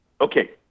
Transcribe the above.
Okay